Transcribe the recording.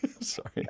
sorry